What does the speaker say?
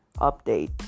update